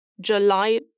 July